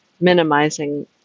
minimizing